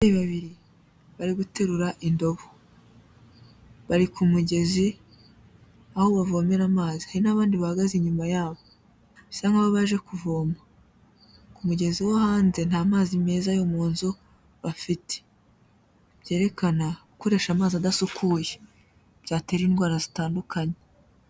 Abantu babiri bari guterura indobo bari ku mugezi aho bavomera amazi, hari n'abandi bahagaze inyuma yabo, bisa nk'aho baje kuvoma ku mugezi wo hanze nta mazi meza yo mu nzu bafite, byerekana gukoresha amazi adasukuye byatera indwara zitandukanye.